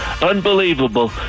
Unbelievable